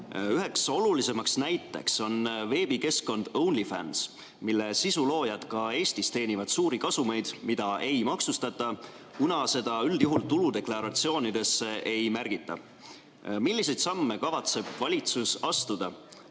Üheks olulisemaks näiteks on veebikeskkond OnlyFans, mille sisuloojad ka Eestis teenivad suuri kasumeid, mida ei maksustata, kuna seda üldjuhul tuludeklaratsioonidesse ei märgita. Milliseid samme kavatseb valitsus astuda,